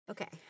Okay